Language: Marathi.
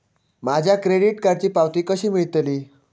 माझ्या क्रेडीट कार्डची पावती कशी मिळतली?